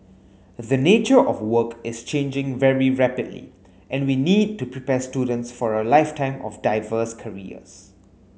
the nature of work is changing very rapidly and we need to prepare students for a lifetime of diverse careers